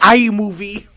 iMovie